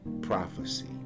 prophecy